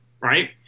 right